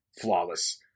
flawless